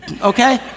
okay